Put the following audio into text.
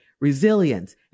resilience